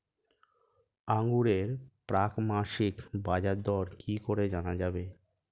আঙ্গুরের প্রাক মাসিক বাজারদর কি করে জানা যাবে?